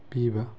ꯄꯤꯕ